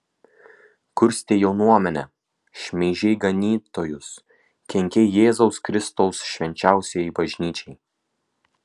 kurstei jaunuomenę šmeižei ganytojus kenkei jėzaus kristaus švenčiausiajai bažnyčiai